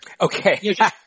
Okay